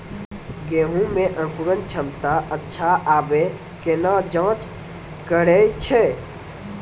गेहूँ मे अंकुरन क्षमता अच्छा आबे केना जाँच करैय छै?